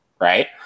right